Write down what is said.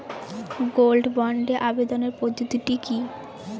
Gold বন্ডে আবেদনের পদ্ধতিটি কি?